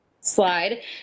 slide